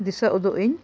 ᱫᱤᱥᱟᱹ ᱩᱫᱩᱜ ᱤᱧ